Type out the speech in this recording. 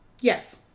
Yes